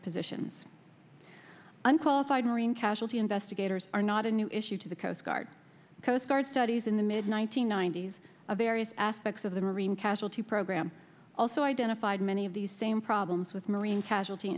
positions unqualified marine casualty investigators are not a new issue to the coast guard coast guard studies in the mid one nine hundred ninety s of various aspects of the marine casualty program also identified many of these same problems with marine casualty